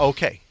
Okay